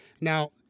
Now